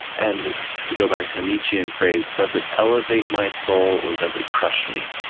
and to go back to a nietzschean phrase, does it elevate my soul, or does it crush me?